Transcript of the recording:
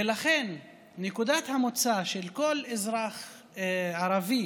ולכן נקודת המוצא של כל אזרח ערבי